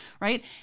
right